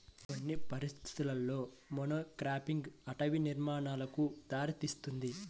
కొన్ని పరిస్థితులలో మోనోక్రాపింగ్ అటవీ నిర్మూలనకు దారితీస్తుంది